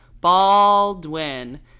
Baldwin